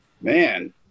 man